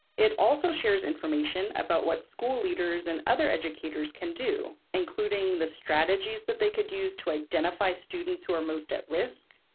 it also shares information about what school leaders and other educators can do, including the strategies that they could use to identify students who are most at risk,